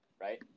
right